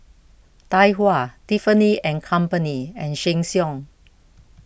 Tai Hua Tiffany and Company and Sheng Siong